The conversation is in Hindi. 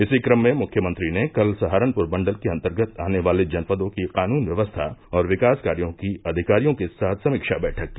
इसी क्रम में मुख्यमंत्री ने कल सहारनपुर मण्डल के अन्तर्गत आने वाले जनपदों की कानून व्यवस्था और विकास कार्यो की अधिकारियों के साथ समीक्षा बैठक की